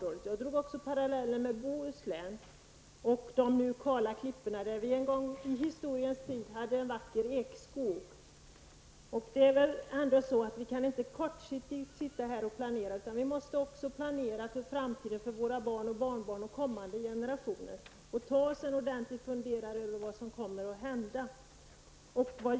Jag drog också paralleller med Bohuslän och de kala klipporna där. En gång i historien fanns där en vacker ekskog. Vi kan inte kortsiktigt sitta här och planera, utan vi måste också planera för framtiden, för våra barn och barnbarn och kommande generationer. Vi måste ta oss en ordentlig funderare över vad som kommer att hända.